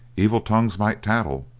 evil tongues might tattle,